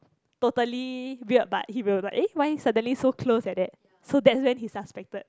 totally weird but he will like eh why suddenly so close like that so that's when he suspected